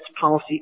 policy